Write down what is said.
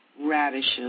radishes